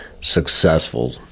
successful